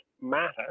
matter